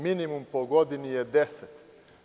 Minimum po godini je 10.